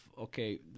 okay